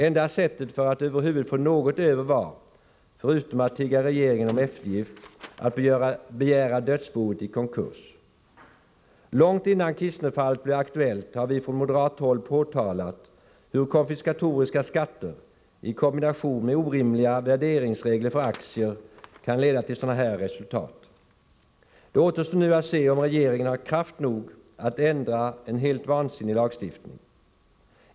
Enda sättet att över huvud få något över var, förutom att tigga regeringen om eftergift, att begära dödsboet i konkurs. Långt innan Kistnerfallet blev aktuellt har vi från moderat håll påtalat hur konfiskatoriska skatter i kombination med orimliga värderingsregler för aktier kan leda till sådana här resultat. Det återstår nu att se om regeringen har kraft nog att ändra en helt vansinnig lagstiftning.